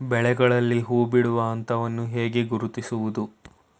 ಬೆಳೆಗಳಲ್ಲಿ ಹೂಬಿಡುವ ಹಂತವನ್ನು ಹೇಗೆ ಗುರುತಿಸುವುದು?